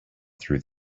through